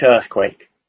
earthquake